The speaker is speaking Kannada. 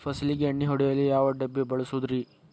ಫಸಲಿಗೆ ಎಣ್ಣೆ ಹೊಡೆಯಲು ಯಾವ ಡಬ್ಬಿ ಬಳಸುವುದರಿ?